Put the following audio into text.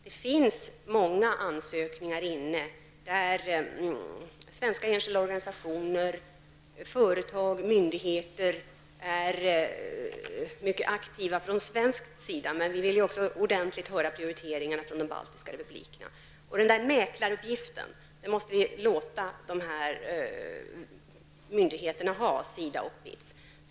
Det finns många ansökningar inne, och från svensk sida är enskilda organisationer, företag och myndigheter mycket aktiva. Men vi vill ju också ordentligt höra prioriteringarna från de baltiska republikerna. Mäklaruppgiften måste vi låta myndigheterna ha.